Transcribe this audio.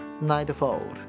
nightfall